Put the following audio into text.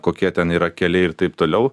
kokie ten yra keliai ir taip toliau